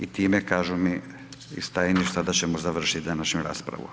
I time, kažu mi iz Tajništva da ćemo završiti današnju raspravu.